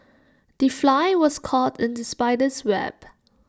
the fly was caught in the spider's web